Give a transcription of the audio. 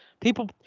People